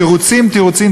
תירוצים,